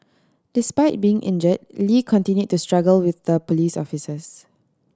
despite being injure Lee continue to struggle with the police officers